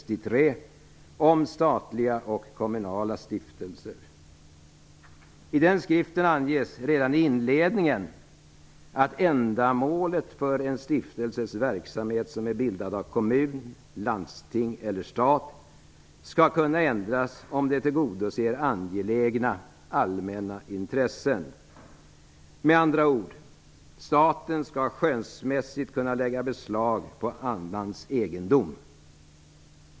I denna skrift anges redan i inledningen att ändamålet för en stiftelses verksamhet som är bildad av kommun, landsting eller stat, skall kunna ändras om det tillgodoser angelägna allmänna intressen. Med andra ord: Staten skall skönsmässigt kunna lägga beslag på annans egendom.